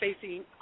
facing